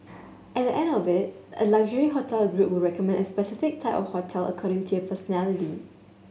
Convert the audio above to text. at the end of it a luxury hotel group would recommend a specific type holiday according to your personality